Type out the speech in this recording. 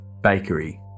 bakery